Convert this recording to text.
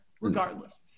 regardless